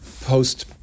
post